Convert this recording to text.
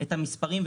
את המספרים,